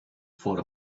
for